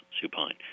supine